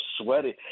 sweaty